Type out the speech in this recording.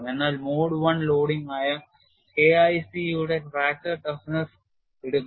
എന്നാൽ mode I loading ആയ K IC യുടെ ഫ്രാക്ചർ toughness എടുക്കുന്നു